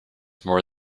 more